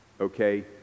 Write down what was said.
Okay